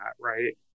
Right